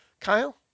kyle